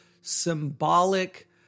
symbolic